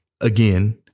again